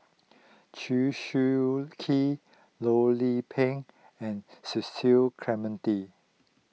Chew Swee Kee Loh Lik Peng and Cecil Clementi